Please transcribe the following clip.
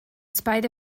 spite